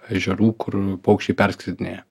ežerų kur paukščiai perskridinėja